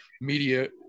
media